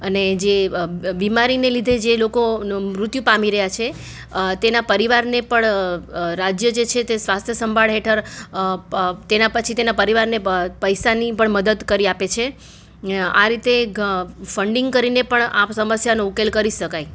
અને જે બીમારીને લીધે જે લોકોનું મૃત્યુ પામી રહ્યાં છે તેના પરિવારને પણ રાજ્ય જે છે તે સ્વાસ્થ્ય સંભાળ હેઠળ તેના પછી તેના પરિવારને પૈસાની પણ મદદ કરી આપે છે આ રીતે ફંડિંગ કરીને પણ આપ સમસ્યાનો ઉકેલ કરી જ શકાય